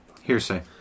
hearsay